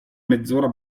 mezz’ora